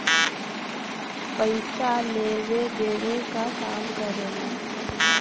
पइसा लेवे देवे क काम करेला